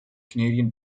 canadian